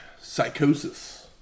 Psychosis